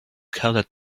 colored